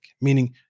meaning